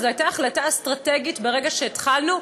וזו הייתה החלטה אסטרטגית ברגע שהתחלנו: